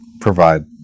provide